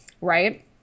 Right